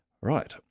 right